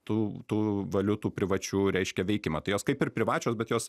tų tų valiutų privačių reiškia veikimą tai jos kaip ir privačios bet jos